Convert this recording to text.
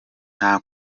nta